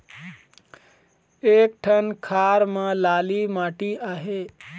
एक ठन खार म लाली माटी आहे?